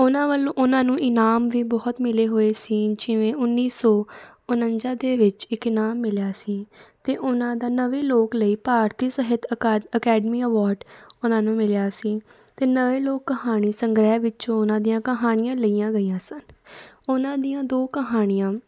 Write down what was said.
ਉਹਨਾਂ ਵੱਲੋਂ ਉਹਨਾਂ ਨੂੰ ਇਨਾਮ ਵੀ ਬਹੁਤ ਮਿਲੇ ਹੋਏ ਸੀ ਜਿਵੇਂ ਉੱਨੀ ਸੌ ਉਣੰਜਾ ਦੇ ਵਿੱਚ ਇੱਕ ਇਨਾਮ ਮਿਲਿਆ ਸੀ ਅਤੇ ਉਨਾਂ ਦਾ ਨਵੇਂ ਲੋਕ ਲਈ ਭਾਰਤੀ ਸਾਹਿਤ ਅਕਾ ਅਕੈਡਮੀ ਅਵਾਰਡ ਉਹਨਾਂ ਨੂੰ ਮਿਲਿਆ ਸੀ ਅਤੇ ਨਵੇਂ ਲੋਕ ਕਹਾਣੀ ਸੰਗ੍ਰਹਿ ਵਿੱਚੋਂ ਉਹਨਾਂ ਦੀਆਂ ਕਹਾਣੀਆਂ ਲਈਆਂ ਗਈਆਂ ਸਨ ਉਹਨਾਂ ਦੀਆਂ ਦੋ ਕਹਾਣੀਆਂ